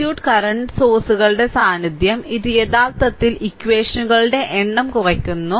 സർക്യൂട്ടിൽ കറന്റ് സോഴ്സുകളുടെ സാന്നിധ്യം ഇത് യഥാർത്ഥത്തിൽ ഇക്വഷനുകളുടെ എണ്ണം കുറയ്ക്കുന്നു